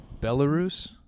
Belarus